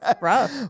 Rough